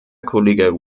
kollege